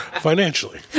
Financially